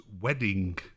wedding